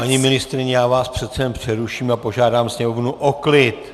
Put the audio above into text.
Paní ministryně, já vás přece jen přeruším a požádám sněmovnu o klid!